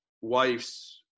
wife's